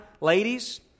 ladies